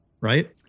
right